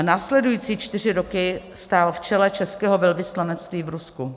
Následující čtyři roky stál v čele českého velvyslanectví v Rusku.